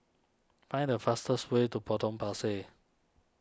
find the fastest way to Potong Pasir